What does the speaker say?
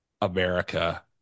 America